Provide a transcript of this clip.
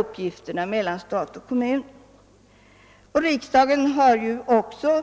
Som bekant har riksdagen också